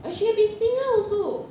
ya lor